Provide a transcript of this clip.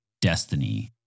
destiny